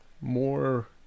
more